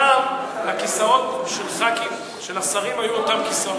פעם הכיסאות של חברי הכנסת והשרים היו אותם כיסאות,